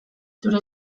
zure